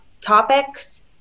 topics